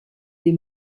des